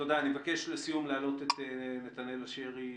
לסיום אני מבקש להעלות את נתנאל אשרי,